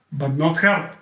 but not kind of